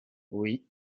oui